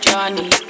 Johnny